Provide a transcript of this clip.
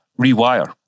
rewire